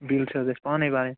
bill چھا حظ اسہِ پانٔے بھَرٕنۍ